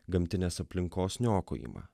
gamtinės aplinkos niokojimą